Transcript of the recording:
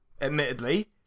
admittedly